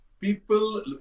People